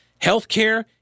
Healthcare